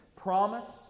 promise